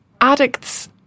addicts